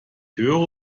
höre